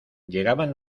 llegaban